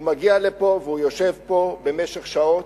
הוא מגיע לפה והוא יושב פה במשך שעות.